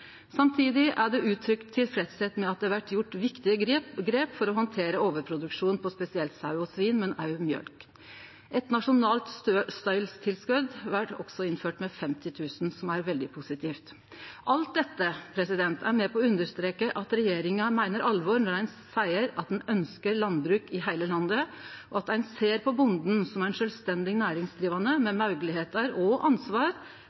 Samtidig er det uttrykt tilfredsheit med at det har blitt gjort viktige grep for å handtere overproduksjonen av spesielt sau og svin, men òg mjølk. Eit nasjonalt stølstilskot blir også innført, med 50 000 kr, som er veldig positivt. Alt dette er med på å understreke at regjeringa meiner alvor når ein seier at ein ønskjer landbruk i heile landet, og at ein ser på bonden som sjølvstendig næringsdrivande, med moglegheiter og ansvar